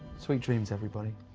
sweet dreams, everybody.